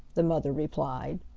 the mother replied.